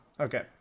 Okay